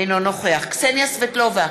אינו נוכח קסניה סבטלובה,